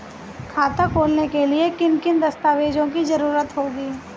खाता खोलने के लिए किन किन दस्तावेजों की जरूरत होगी?